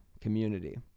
community